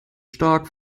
stark